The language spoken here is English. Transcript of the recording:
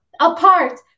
apart